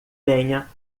tenha